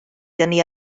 dynnu